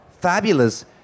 Fabulous